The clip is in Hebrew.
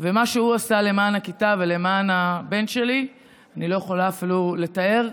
ומה שהוא עשה למען הכיתה ולמען הבן שלי אני לא יכולה אפילו לתאר,